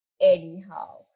anyhow